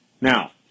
Now